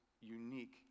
unique